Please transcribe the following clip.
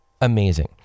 amazing